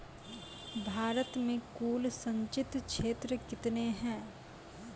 भारत मे कुल संचित क्षेत्र कितने हैं?